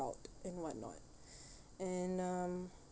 proud and whatnot and um